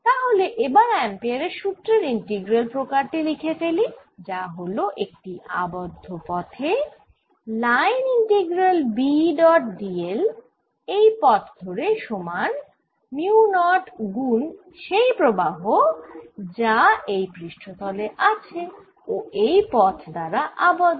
তাহলে এবার অ্যাম্পেয়ারের সুত্রের ইন্টিগ্রাল প্রকার টি লিখে ফেলি যা হল একটি আবদ্ধ পথে line integral B dot dl এই পথ ধরে সমান মিউ নট গুন সেই প্রবাহ যা এই পৃষ্ঠতলে আছে ও এই পথ দ্বারা আবদ্ধ